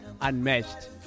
unmatched